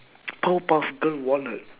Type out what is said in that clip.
powerpuff girl wallet